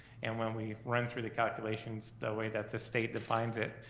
and when we run through the calculations the way that the state defines it.